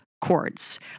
chords